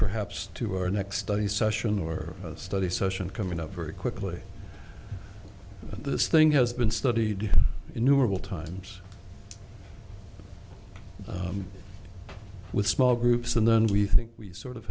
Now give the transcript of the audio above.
perhaps to our next study session or study session coming up very quickly and this thing has been studied innumerable times with small groups and then we think we sort of